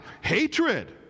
Hatred